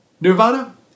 Nirvana